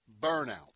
burnout